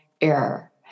error